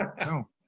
No